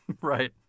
Right